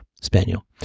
Spaniel